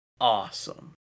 awesome